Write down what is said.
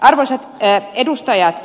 arvoisat edustajat